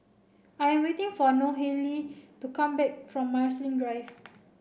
I'm waiting for Nohely to come back from Marsiling Drive